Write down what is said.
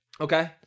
Okay